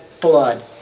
blood